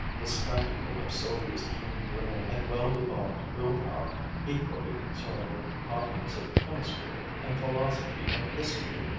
this spectacle of sylvia's keen brain and well-developed will-power equally concerned with the problems of chemistry and philosophy and history,